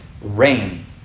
Rain